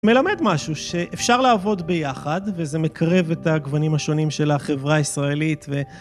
מלמד משהו, שאפשר לעבוד ביחד, וזה מקרב את הגוונים השונים של החברה הישראלית,